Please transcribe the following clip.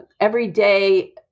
everyday